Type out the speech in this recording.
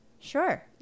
Sure